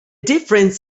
difference